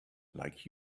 like